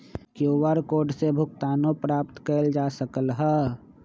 QR code से भुगतानो प्राप्त कएल जा सकल ह